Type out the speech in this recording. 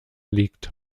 liegt